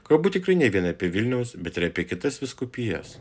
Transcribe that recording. kalbu tikrai ne vien apie vilniaus bet ir apie kitas vyskupijas